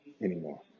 anymore